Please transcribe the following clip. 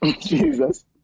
Jesus